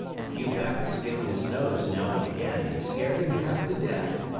a few bats skimmed his nose now and again and scared him half to death.